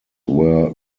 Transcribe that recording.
were